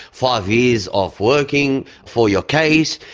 five years of working for your case.